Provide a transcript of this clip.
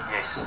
Yes